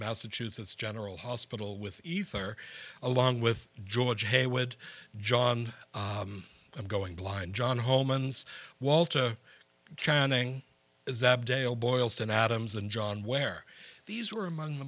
massachusetts general hospital with ether along with george hayward john i'm going blind john homans walter channing is that dale boylston adams and john where these were among the